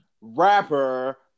rapper